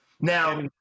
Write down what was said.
now